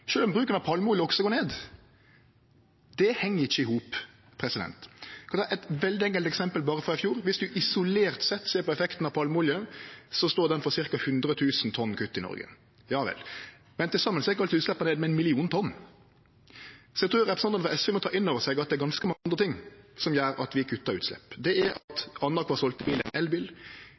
om bruken av palmeolje også går ned. Det heng ikkje i hop. Det er eit veldig enkelt eksempel berre frå i fjor: Om ein isolert sett ser på effekten av palmeolje, står han for ca. 100 000 tonn kutt i Noreg. Ja vel, men til saman gjekk altså utsleppa ned med 1 million tonn. Eg trur representantane frå SV må ta inn over seg at det er ganske mange andre ting som gjer at vi kuttar i utsleppa. Det er at annankvar selde bil